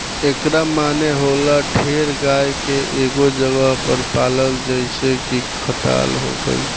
एकरा माने होला ढेर गाय के एगो जगह पर पलाल जइसे की खटाल हो गइल